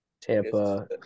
Tampa